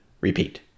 repeat